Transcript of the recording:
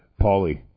Paulie